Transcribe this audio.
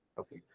Okay